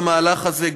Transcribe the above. למהלך הזה,